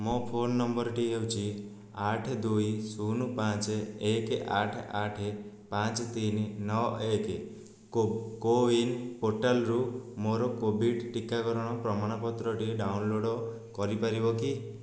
ମୋ ଫୋନ ନମ୍ବରଟି ହେଉଛି ଆଠ ଦୁଇ ଶୂନ ପାଞ୍ଚ ଏକ ଆଠ ଆଠ ପାଞ୍ଚ ତିନି ନଅ ଏକ କୋୱିନ୍ ପୋର୍ଟାଲ୍ରୁ ମୋର କୋଭିଡ଼୍ ଟିକାକରଣ ପ୍ରମାଣପତ୍ରଟି ଡାଉନଲୋଡ଼୍ କରିପାରିବ କି